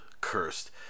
cursed